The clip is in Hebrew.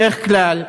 בדרך כלל,